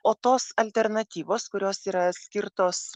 o tos alternatyvos kurios yra skirtos